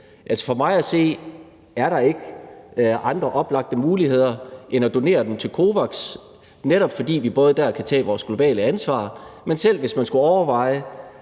For mig at se er der ikke andre oplagte muligheder end at donere dem til COVAX, netop fordi vi dér kan tage vores globale ansvar, men selv hvis man skulle overveje